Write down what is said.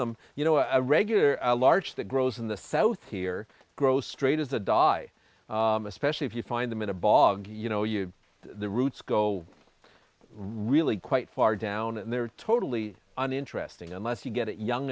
them you know a regular a large that grows in the south here grow straight as a die especially if you find them in a bog you know you the roots go really quite far down and they're totally uninteresting unless you get it young